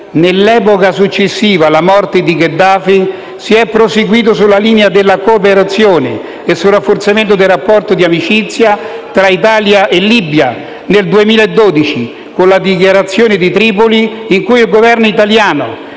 nell'epoca successiva alla morte di Gheddafi, si è proseguito sulla linea della cooperazione e sul rafforzamento del rapporto di amicizia tra Italia e Libia e nel 2012, con la Dichiarazione di Tripoli, il Governo italiano,